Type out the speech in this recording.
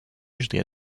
usually